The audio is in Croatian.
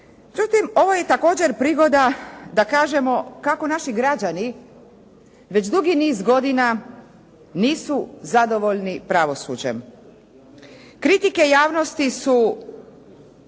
Međutim ovo je također prigoda da kažemo kako naši građani već dugi niz godina nisu zadovoljni pravosuđem. Kritike javnosti su